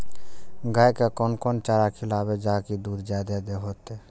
गाय के कोन कोन चारा खिलाबे जा की दूध जादे होते?